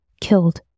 killed